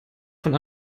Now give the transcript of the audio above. von